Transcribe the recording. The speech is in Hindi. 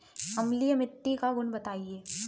अम्लीय मिट्टी का गुण बताइये